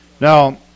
Now